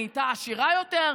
נהייתה עשירה יותר.